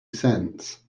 cents